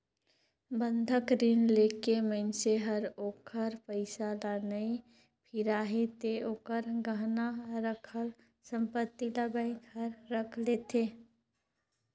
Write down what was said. बंधक रीन लेके मइनसे हर ओखर पइसा ल नइ फिराही ते ओखर गहना राखल संपति ल बेंक हर राख लेथें